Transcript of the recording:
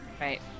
right